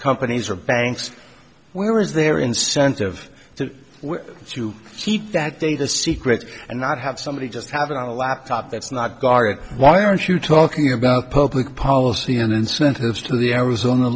companies or banks where is their incentive to to keep that data secret and not have somebody just have it on a laptop that's not guarded why aren't you talking about public policy and incentives to the arizona